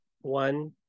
One